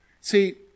See